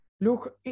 look